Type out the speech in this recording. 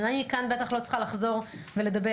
אני בטח לא צריכה לחזור כאן ולדבר